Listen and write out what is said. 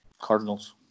Cardinals